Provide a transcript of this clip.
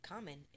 Common